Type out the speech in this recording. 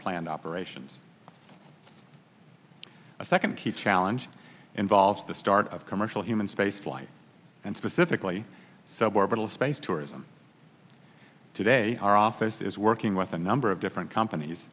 planned operations a second key challenge involves the start of commercial human space flight and specifically sub orbital space tourism today our office is working with a number of different companies